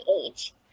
age